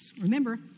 Remember